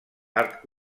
art